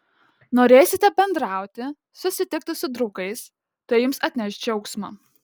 norėsite bendrauti susitikti su draugais tai jums atneš džiaugsmo